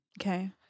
Okay